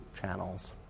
channels